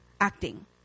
acting